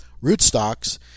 rootstocks